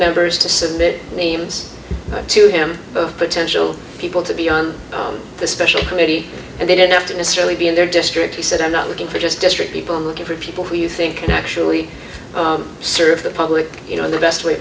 members to submit names to him of potential people to be on the special committee and they didn't have to mr lee be in their district he said i'm not looking for just district people i'm looking for people who you think can actually serve the public you know the best way